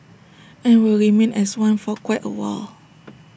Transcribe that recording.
and will remain as one for quite A while